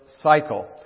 cycle